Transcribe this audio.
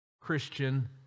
Christian